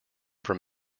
from